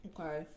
Okay